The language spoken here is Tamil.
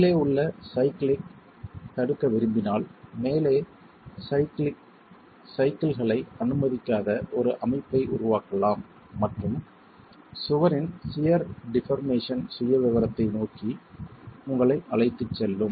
மேலே உள்ள சைக்ளிக்களைத் தடுக்க விரும்பினால் மேலே சைக்ளிக்களை அனுமதிக்காத ஒரு அமைப்பை உருவாக்கலாம் மற்றும் சுவரின் சியர் டிபார்மேஷன் சுயவிவரத்தை நோக்கி உங்களை அழைத்துச் செல்லும்